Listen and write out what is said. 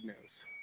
news